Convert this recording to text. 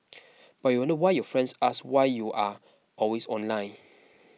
but you wonder why your friends ask you why you are always online